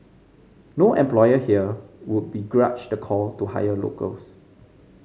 no employer here would begrudge the call to hire locals